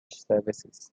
services